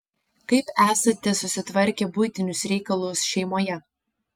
kaip esate susitvarkę buitinius reikalus šeimoje